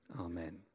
Amen